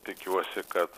tikiuosi kad